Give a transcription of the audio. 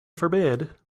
forbid